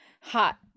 Hot